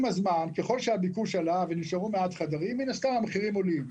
עם הזמן ככל שהביקוש עלה ונשארו מעט חדרים מן הסתם המחירים עולים.